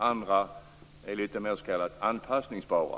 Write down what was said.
Andra är lite mer s.k. anpassningsbara.